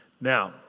Now